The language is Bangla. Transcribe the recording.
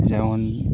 যেমন